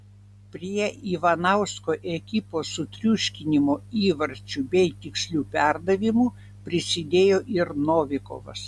prie ivanausko ekipos sutriuškinimo įvarčiu bei tiksliu perdavimu prisidėjo ir novikovas